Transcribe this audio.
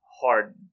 hard